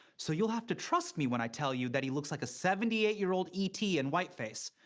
so you'll have to trust me when i tell you that he looks like a seventy eight year old e t. in whiteface.